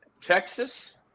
Texas